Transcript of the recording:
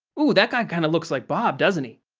ooh, that guy kinda looks like bob, doesn't he?